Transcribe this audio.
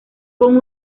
con